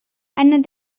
einer